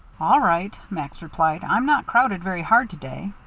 all right, max replied. i'm not crowded very hard to-day.